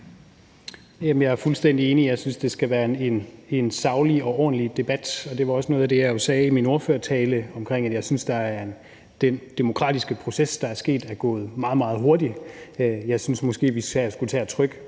Jeg er fuldstændig enig. Jeg synes, det skal være en saglig og ordentlig debat, og det var også noget af det, jeg sagde i min ordførertale, om at jeg synes, at den demokratiske proces, der er sket, er gået meget, meget hurtigt. Jeg synes måske, vi skulle tage at trykke